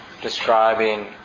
describing